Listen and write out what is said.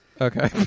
Okay